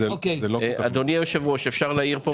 אדוני היושב-ראש, אפשר להעיר?